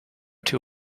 too